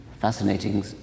fascinating